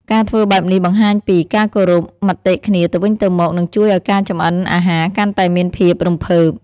ការធ្វើបែបនេះបង្ហាញពី ការគោរពមតិគ្នាទៅវិញទៅមក និងជួយឱ្យការចម្អិនអាហារកាន់តែមានភាពរំភើប ។